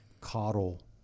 coddle